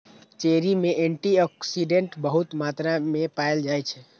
cherry मे antioxidant बहुत मात्रा मे पाएल जाइ छै